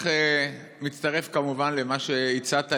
אני מצטרף כמובן למה שהצעת,